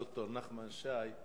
ד"ר נחמן שי,